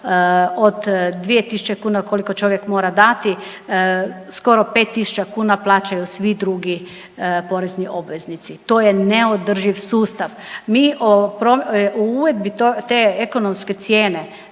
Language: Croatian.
od 2.000 kuna koliko čovjek mora dati skoro 5.000 kuna plaćaju svi drugi porezni obveznici. To je neodrživ sustav. Mi o uvedbi te ekonomske cijene